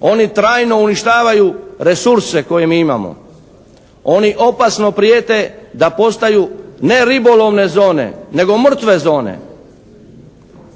oni trajno uništavaju resurse koje mi imamo, oni opasno prijete da postaju ne ribolovne zone nego mrtve zone.